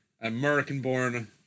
American-born